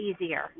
easier